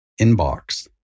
inbox